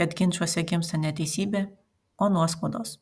kad ginčuose gimsta ne teisybė o nuoskaudos